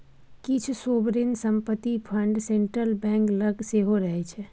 किछ सोवरेन संपत्ति fund central bank लग सेहो रहय छै